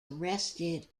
arrested